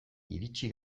iritsi